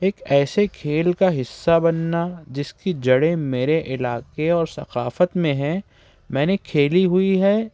ایک ایسے کھیل کا حصہ بننا جس کی جڑیں میرے علاقے اور ثقافت میں ہے میں نے کھیلی ہوئی ہے